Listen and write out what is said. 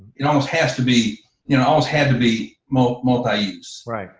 it always has to be you know, always had to be multi multi use.